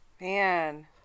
Man